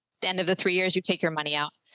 the end of the three years, you take your money out,